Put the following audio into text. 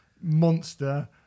monster